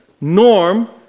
Norm